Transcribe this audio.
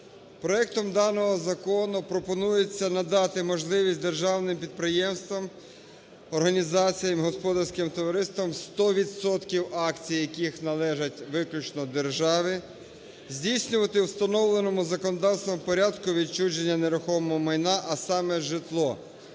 Проектом даного закону пропонується надати можливість державним підприємствам, організаціям, господарським товариствам, 100 відсотків акцій яких належать виключно державі, здійснювати у встановленому законодавством порядку відчуження нерухомого майна, а саме, житло.